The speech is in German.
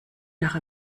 nach